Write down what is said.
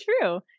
true